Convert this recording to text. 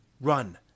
Run